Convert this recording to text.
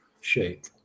shape